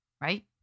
right